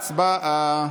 הצבעה.